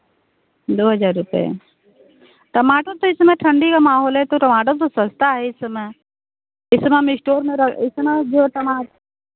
दो हज़ार रुपये टमाटर तो इस समय ठण्डी का माहौल है तो टमाटर तो सस्ता है इस समय इस समय हम स्टोर में र इस समय जो टमा